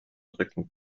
rücken